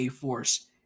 Force